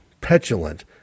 petulant